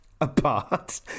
apart